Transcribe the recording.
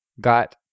got